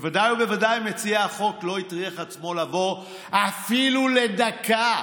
בוודאי ובוודאי מציע החוק לא הטריח עצמו לבוא אפילו לדקה,